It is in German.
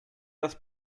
das